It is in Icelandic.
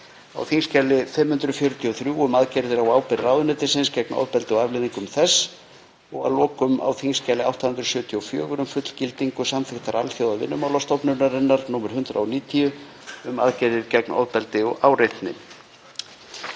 á þskj. 543, um aðgerðir á ábyrgð ráðuneytisins gegn ofbeldi og afleiðingum þess, og að lokum á þskj. 874, um fullgildingu samþykktar Alþjóðavinnumálastofnunarinnar nr. 190, um aðgerðir gegn ofbeldi og áreitni.